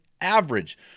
average